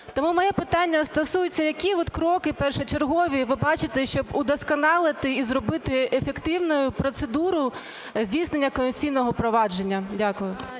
Тому моє питання стосується, які от кроки першочергові ви бачите, щоб удосконалити і зробити ефективною процедуру здійснення конституційного провадження? Дякую.